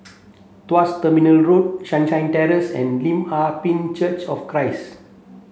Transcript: Tuas Terminal Road Terrace and Lim Ah Pin Church of Christ